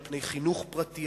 על פני חינוך פרטי,